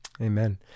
Amen